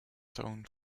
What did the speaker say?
town